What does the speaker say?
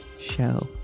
show